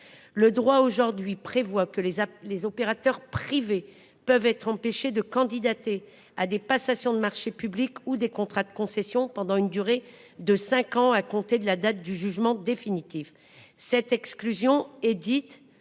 Le droit aujourd'hui, prévoit que les, les opérateurs privés peuvent être empêchés de candidater à des passations de marchés publics ou des contrats de concession pendant une durée de 5 ans à compter de la date du jugement définitif, cette exclusion est dite